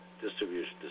distribution